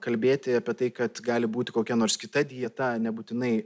kalbėti apie tai kad gali būti kokia nors kita dieta nebūtinai